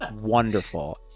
wonderful